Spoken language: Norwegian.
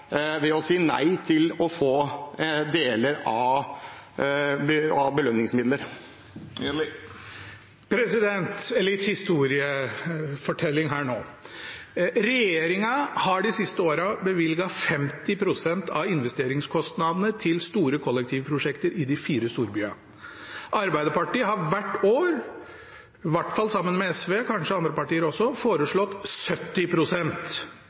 ved å si nei til å få deler av belønningsmidlene? Litt historiefortelling her nå: Regjeringen har de siste årene bevilget 50 pst. av investeringskostnadene til store kollektivprosjekter i de fire storbyene. Arbeiderpartiet har hvert år, i hvert fall sammen med SV, kanskje andre partier også,